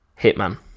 Hitman